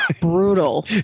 Brutal